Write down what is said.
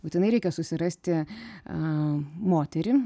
būtinai reikia susirasti a moterį